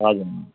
हजुर